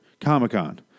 Comic-Con